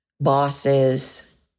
bosses